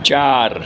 ચાર